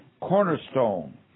cornerstone